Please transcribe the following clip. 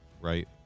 right